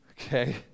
okay